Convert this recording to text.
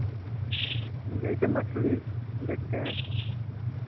जैसे मछली बेचते हैं